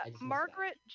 Margaret –